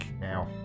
Now